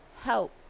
help